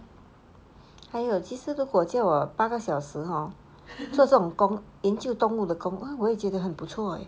还有其实叫我八个小时 hor 做这种工研究动物的工我也觉得很不错 eh